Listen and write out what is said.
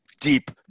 deep